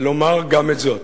לומר גם את זאת: